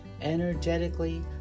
Energetically